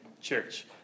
Church